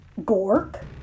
gork